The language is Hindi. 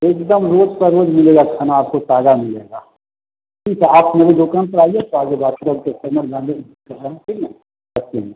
एकदम रोज का रोज मिलेगा खाना आपको ताजा मिलेगा ठीक है आप मेरी दुकान पर आइए तो आगे बात करें नॉन वेज रखते हैं